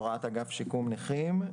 הוראת אגף שיקום נכים,